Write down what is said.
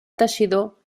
teixidor